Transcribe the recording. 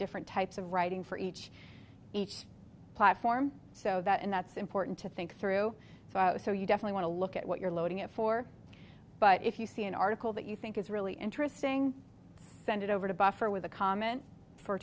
different types of writing for each each platform so that and that's important to think through so you definitely want to look at what you're loading it for but if you see an article that you think is really interesting send it over to buffer with a comment for